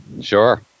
sure